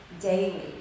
daily